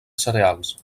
cereals